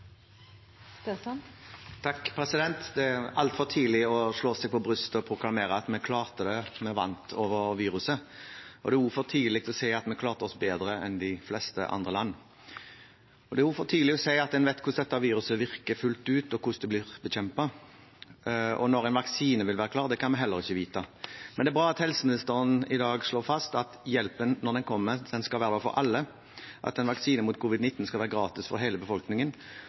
Det er altfor tidlig å slå seg på brystet og proklamere at vi klarte det, vi vant over viruset, og det er for tidlig å si at vi klarte oss bedre enn de fleste andre land. Det er også for tidlig å si at en vet hvordan dette viruset virker fullt ut, og hvordan det blir bekjempet. Og når en vaksine vil være klar, kan vi heller ikke vite. Men det er bra at helseministeren i dag slår fast at hjelpen, når den kommer, skal være for alle, at en vaksine mot covid-19 skal være gratis for hele befolkningen,